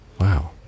wow